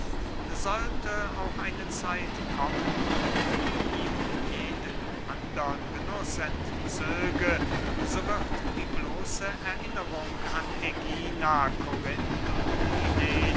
sollte auch eine zeit kommen die ihm jeden andern genuß entzöge so wird die bloße erinnerung an ägina korinth und milet